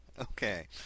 Okay